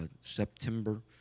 September